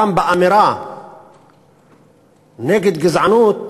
גם באמירה נגד גזענות